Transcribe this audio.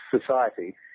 society